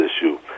issue